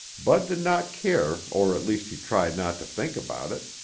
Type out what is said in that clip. bud did not care or at least he tried not to think about it,